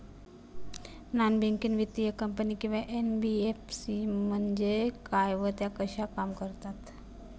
Non banking वित्तीय company किंवा NBFC म्हणजे काय व त्या कशा काम करतात?